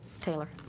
Taylor